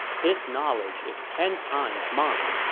his knowledge is ten times mine.